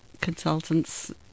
consultants